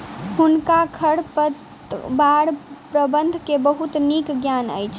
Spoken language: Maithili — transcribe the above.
हुनका खरपतवार प्रबंधन के बहुत नीक ज्ञान अछि